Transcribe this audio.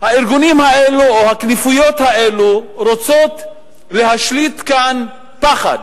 הארגונים האלה או הכנופיות הללו רוצות להשליט כאן פחד,